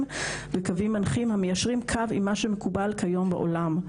וקווים מנחים המיישרים קו עם מה שמקובל היום בעולם.